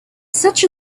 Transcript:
such